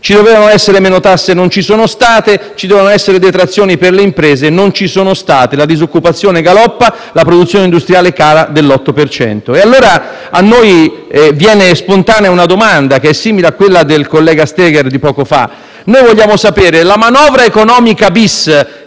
Ci dovevano essere meno tasse e non ci sono state, ci dovevano essere detrazioni per le imprese e non ci sono state, la disoccupazione galoppa e la produzione industriale cala dell'8 per cento. E allora a noi viene spontanea una domanda, che è simile a quella del collega Steger di poco fa. Noi vogliamo sapere se la manovra economica-*bis*,